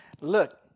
look